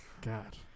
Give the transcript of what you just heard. God